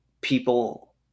people